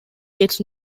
gets